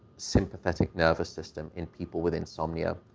sympathetic nervous system in people with insomnia.